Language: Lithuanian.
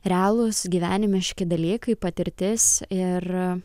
realūs gyvenimiški dalykai patirtis ir